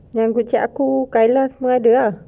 yang aku group chat pun ada lah